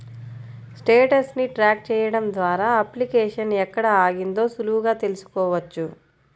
status ని track చెయ్యడం ద్వారా అప్లికేషన్ ఎక్కడ ఆగిందో సులువుగా తెల్సుకోవచ్చు